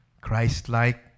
Christ-like